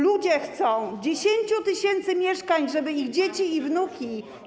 Ludzie chcą 10 tys. mieszkań, żeby ich dzieci i wnuki.